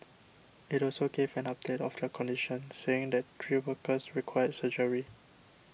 it also gave an update of their condition saying that three workers required surgery